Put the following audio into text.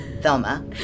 Thelma